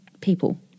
people